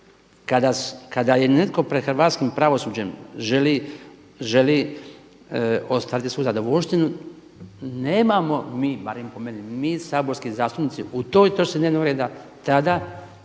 kada je netko pred hrvatskim pravosuđem želi ostvariti svu zadovoljštinu nemamo mi, barem po meni, saborski zastupnici u toj točci dnevnog reda tada